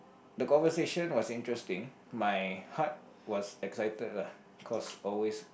the conversation was interesting my heart was excited lah cause always